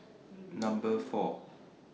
Number four